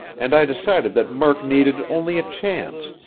and i decided that murk needed only a chance,